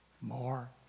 more